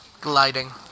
gliding